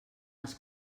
els